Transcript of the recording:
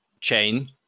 chain